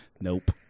Nope